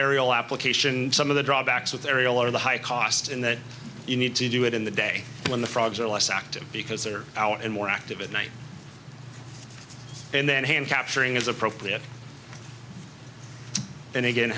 aerial application some of the drawbacks with aerial are the high cost in that you need to do it in the day when the frogs are less active because they're out and more active at night and then hand capturing as appropriate and again